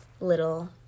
little